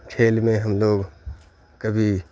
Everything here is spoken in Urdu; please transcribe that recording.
کھیل میں ہم لوگ کبھی